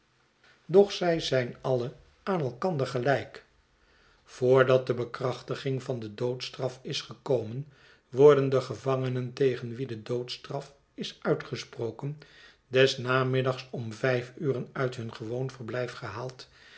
doch zij zijn alle aan elkander gelijk voor dat de bekrachtiging van de doodstraf is gekomen worden de gevangenen tegen wie de doodstraf is uitgesproken des namiddags om vijf uren uit hun gewoon verblijf gehaald